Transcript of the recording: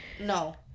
no